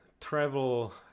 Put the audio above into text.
travel